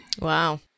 Wow